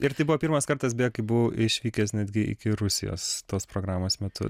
ir tai buvo pirmas kartas beje kai buvau išvykęs netgi iki rusijos tos programos metu